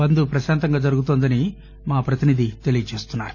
బంద్ ప్రశాంతంగా జరుగుతోందని మా ప్రతినిధి తెలియజేస్తున్నారు